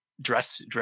dress